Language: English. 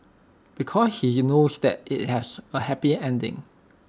because he knows that IT has A happy ending